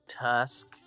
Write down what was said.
Tusk